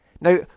Now